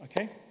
okay